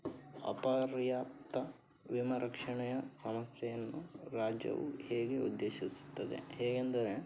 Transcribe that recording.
ಅಪರ್ಯಾಪ್ತ ವಿಮಾರಕ್ಷಣೆಯ ಸಮಸ್ಯೆಯನ್ನು ರಾಜ್ಯವು ಹೇಗೆ ಉದ್ದೇಶಿಸುತ್ತದೆ ಹೇಗೆಂದರೆ